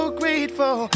grateful